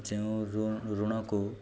ଯେଉଁ ଋଣକୁ